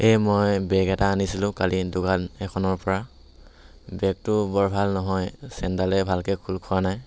এই মই বেগ এটা আনিছিলোঁ কালি দোকান এখনৰপৰা বেগটো বৰ ভাল নহয় চেইনডালেই ভালকৈ খোল খোৱা নাই